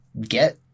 get